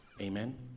Amen